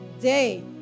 day